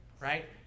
right